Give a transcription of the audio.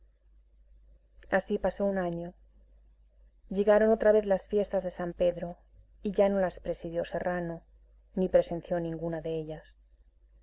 así pasó un año llegaron otra vez las fiestas de san pedro y ya no las presidió serrano ni presenció ninguna de ellas